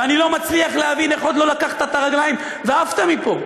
ואני לא מצליח להבין איך עוד לא לקחת את הרגליים ועפת מפה.